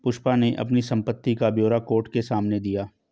पुष्पा ने अपनी संपत्ति का ब्यौरा कोर्ट के सामने दिया